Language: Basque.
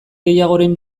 gehiagoren